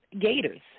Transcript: Gators